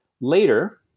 Later